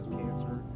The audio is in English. cancer